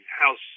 house